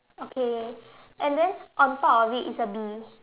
okay and then on top of it is a bee